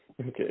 Okay